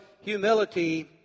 humility